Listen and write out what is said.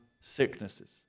sicknesses